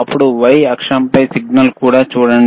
అప్పుడు y అక్షంపై signal కూడా చూడండి